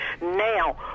Now